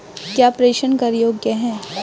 क्या प्रेषण कर योग्य हैं?